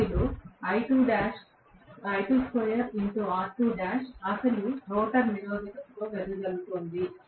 వాటిలో అసలు రోటర్ నిరోధకతలో వెదజల్లుతోంది